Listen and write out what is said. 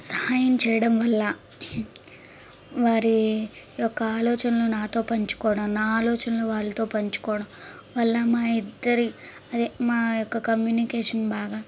సహాయం చేయడం వల్ల వారి యొక్క ఆలోచనలను నాతో పంచుకోవడం నా ఆలోచనలు వాళ్ళతో పంచుకోవడం వల్ల మా ఇద్దరి అదే మా యొక్క కమ్యూనికేషన్ బాగా